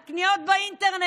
על קניות באינטרנט.